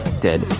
dead